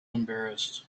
embarrassed